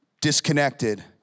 disconnected